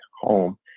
home